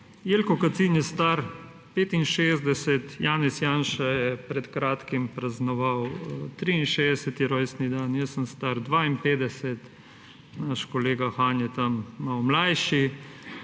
Jelko Kacin je star 65, Janez Janša je pred kratkim praznoval 63. rojstni dan, jaz sem star 52, naš kolega Han je tam malo mlajši.